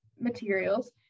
Materials